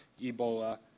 Ebola